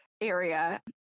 area